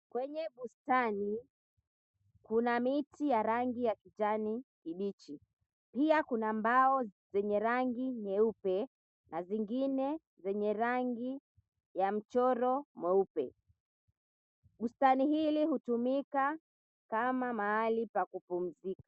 Kwenye bustani kuna miti ya rangi ya kijani kibichi. Pia kuna mbao zenye rangi nyeupe na zingine zenye rangi ya mchoro mweupe. Bustani hili hutumika kama mahali pa kupumzika.